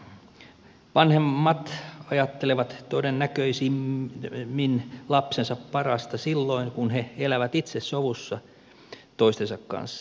vanhemmat ajattelevat todennäköisimmin lapsensa parasta silloin kun he elävät itse sovussa toistensa kanssa